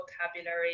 vocabulary